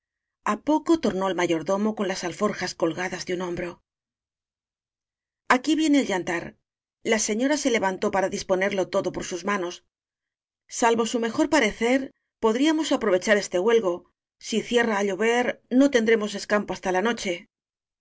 á poco tor nó el mayordomo con las alforjas colgadas de un hombro aquí viene el yantar la señora se le vantó para disponerlo todo por sus manos salvo su mejor parecer podríamos aprove char este huelgo si cierra á llover no ten dremos escampo hasta la noche